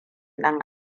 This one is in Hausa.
ɗan